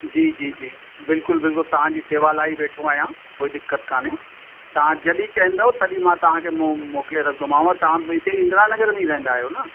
जी जी जी बिल्कुलु बिल्कुलु तव्हांजी सेवा लाइ ई वेठो आहियां कोई दिक़त काने तव्हां जॾहिं चवंदव तॾहिं मां तव्हांखे मां मोकिले रखंदोमांव तव्हां बि हिते ई इंद्रा नगर में ई रहंदा आहियो न